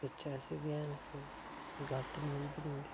बिच्च ऐसे बी हैन जो गल्त न्यूज बी दिंदे